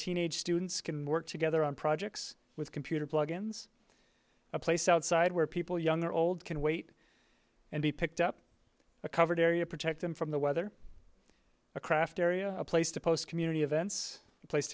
teenage students can work together on projects with computer plug ins a place outside where people young or old can wait and be picked up a covered area protect them from the weather a craft area a place to post community events a place